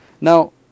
Now